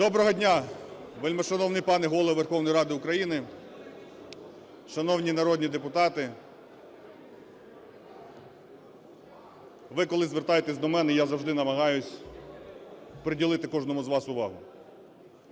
Доброго дня, вельмишановний пане Голово Верховної Ради України, шановні народні депутати! Ви коли звертаєтесь до мене, я завжди намагаюсь приділити кожному з вас увагу.